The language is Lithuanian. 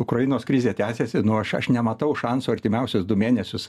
ukrainos krizė tęsiasi nu aš aš nematau šansų artimiausius du mėnesius